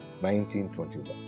1921